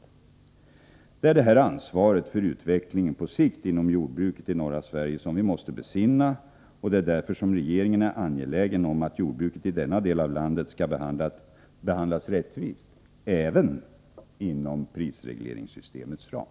Det är detta ansvar för utvecklingen på sikt inom jordbruket i norra Sverige som vi måste besinna. Det är därför som regeringen är angelägen om att jordbruket i denna del av landet skall behandlas rättvist även inom prisregleringssystemets ram.